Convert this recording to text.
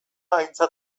aintzat